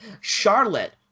Charlotte